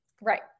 right